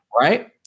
right